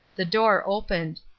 the door opened.